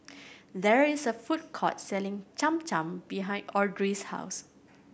there is a food court selling Cham Cham behind Audrey's house